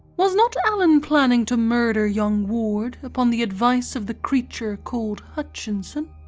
was not allen planning to murder young ward upon the advice of the creature called hutchinson?